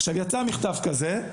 עכשיו יצא מכתב כזה,